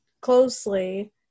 closely